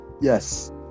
Yes